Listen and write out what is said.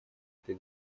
этой